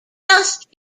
just